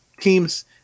teams